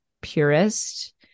purist